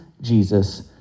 Jesus